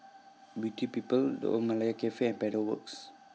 Beauty People The Old Malaya Cafe Pedal Works